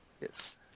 Yes